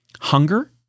hunger